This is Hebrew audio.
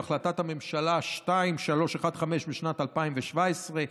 בהחלטת הממשלה 2315 משנת 2017,